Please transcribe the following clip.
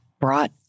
brought